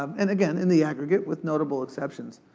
um and again, in the aggregate with notable exceptions.